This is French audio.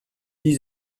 dix